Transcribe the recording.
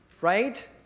right